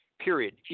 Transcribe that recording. period